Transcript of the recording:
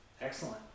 Excellent